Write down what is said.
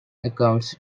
accounts